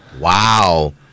Wow